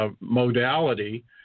modality